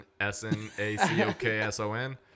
s-n-a-c-o-k-s-o-n